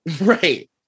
Right